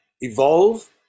evolve